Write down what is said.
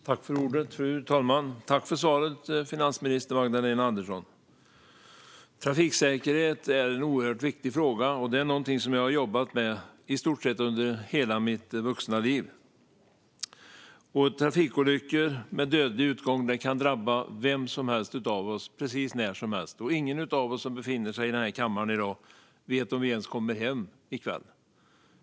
Fru talman! Jag tackar finansministern för svaret. Trafiksäkerhet är en oerhört viktig fråga, och det är någonting som jag har jobbat med under i stort sett hela mitt vuxna liv. Trafikolyckor med dödlig utgång kan drabba vem som helst av oss precis när som helst. Ingen av oss som befinner sig i denna kammare i dag vet ens om vi kommer hem i kväll.